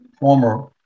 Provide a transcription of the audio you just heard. former